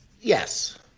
yes